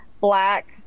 black